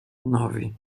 nove